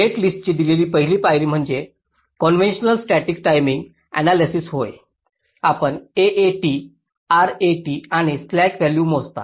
net लिस्टला दिलेली पहिली पायरी म्हणजे कॉन्व्हेंशनल स्टॅटिक टाईमिंग आण्यालायसिस होय आपण AAT RAT आणि स्लॅक व्हॅल्यूज मोजता